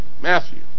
Matthew